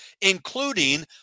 including